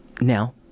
now